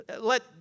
let